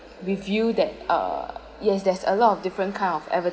review that uh yes there's a lot of different kind of